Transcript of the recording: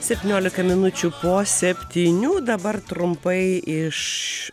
septyniolika minučių po septynių dabar trumpai iš